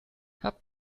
hab